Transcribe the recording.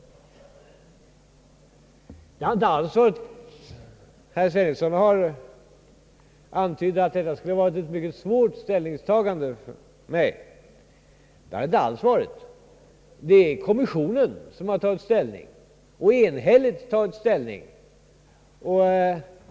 Herr Sveningsson antydde att det skulle ha varit ett mycket svårt ställningstagande för mig. Nej, det har det inte alls varit. Det är kommissionen som har tagit ställning och då enhälligt tagit ställning.